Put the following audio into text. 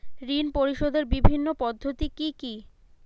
ঋণ পরিশোধের বিভিন্ন পদ্ধতি কি কি?